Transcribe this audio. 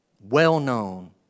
well-known